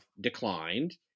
declined